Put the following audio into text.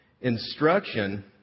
instruction